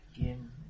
again